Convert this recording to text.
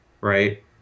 right